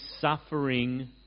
suffering